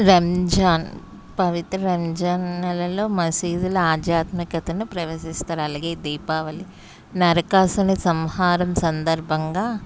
రంజాన్ పవిత్ర రంజాన్ నెలలో మసీదుల ఆధ్యాత్మికతను ప్రవేశిస్తారు అలాగే దీపావళి నరకాసురుని సంహారం సందర్భంగా